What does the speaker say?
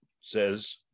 says